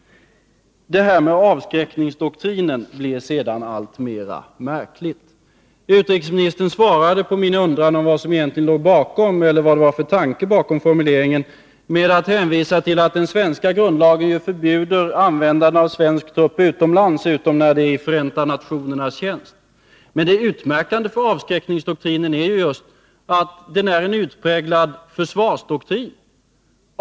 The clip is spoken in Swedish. Uttalandena om avskräckningsdoktrinen blir alltmer märkliga. Utrikesministern svarade på min undran om vad det egentligen var för tanke som låg bakom formuleringen med att hänvisa till att den svenska grundlagen förbjuder användande av svensk trupp utomlands utom när det är i Förenta nationernas tjänst. Det utmärkande för avskräckningsdoktrinen är just att den är en utpräglad försvarsdoktrin.